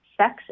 sex